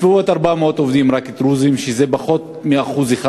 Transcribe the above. רק בסביבות 400 הם עובדים דרוזים, שזה פחות מ-1%,